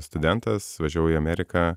studentas važiavau į ameriką